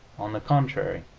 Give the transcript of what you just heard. on the contrary,